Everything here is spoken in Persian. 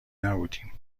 نبودیم